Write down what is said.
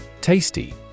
Tasty